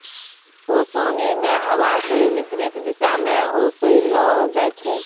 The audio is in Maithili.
ओसोनि मे हवा के विपरीत दिशा म ओसैलो जाय छै